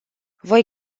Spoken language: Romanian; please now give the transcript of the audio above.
voi